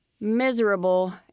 miserable